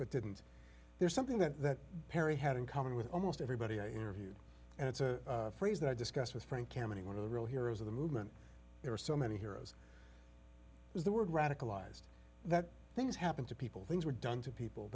but didn't there's something that perry had in common with almost everybody i interviewed and it's a phrase that i discussed with frank kaminey one of the real heroes of the movement there are so many heroes was the word radicalized that things happened to people things were done to people